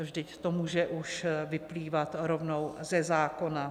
Vždyť to může už vyplývat rovnou ze zákona.